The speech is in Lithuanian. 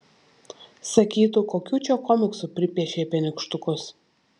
sakytų kokių čia komiksų pripiešei apie nykštukus